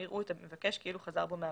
יראו את המבקש כאילו חזר בו מהבקשה.